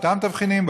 באותם תבחינים,